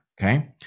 okay